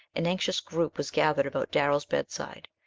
an anxious group was gathered about darrell's bedside.